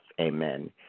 amen